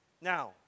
Now